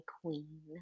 queen